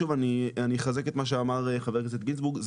שוב אני אחזק את מה שאמר חבר הכנסת גינזבורג,